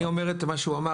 אני אומר לך את מה שהוא אמר.